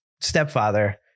stepfather